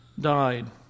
died